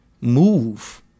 move